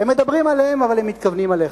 הם מדברים עליהם, אבל הם מתכוונים אליך.